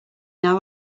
now